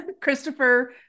Christopher